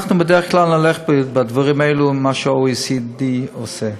אנחנו בדרך כלל נלך בדברים האלו עם מה שה-OECD עושה.